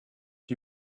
die